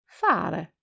fare